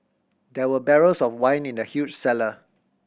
there were barrels of wine in the huge cellar